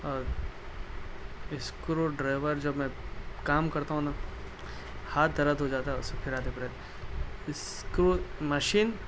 اور screwdriver جب میں کام کرتا ہوں نا ہاتھ درد ہو جاتا ہے اسے پھراتے پھراتے اسکرو مشین